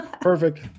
Perfect